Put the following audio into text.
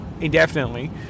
indefinitely